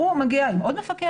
הוא מגיע עם עוד מפקח,